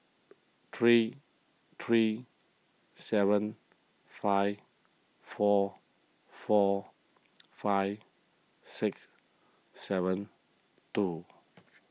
three three seven five four four five six seven two